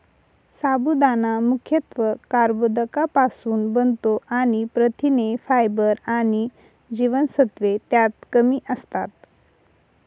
साबुदाणा मुख्यत्वे कर्बोदकांपासुन बनतो आणि प्रथिने, फायबर आणि जीवनसत्त्वे त्यात कमी असतात